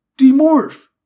Demorph